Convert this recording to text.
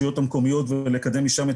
אבל הוא הוא נקרא ט"מ,